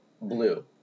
Blue